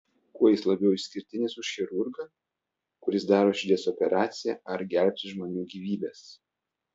kuo jis labiau išskirtinis už chirurgą kuris daro širdies operaciją ar gelbsti žmonių gyvybes